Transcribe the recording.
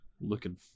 looking